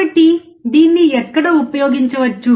కాబట్టి దీన్ని ఎక్కడ ఉపయోగించవచ్చు